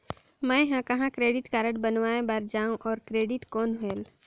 मैं ह कहाँ क्रेडिट कारड बनवाय बार जाओ? और क्रेडिट कौन होएल??